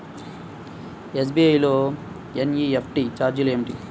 SBI లో NEFT ఛార్జీలు ఏమిటి?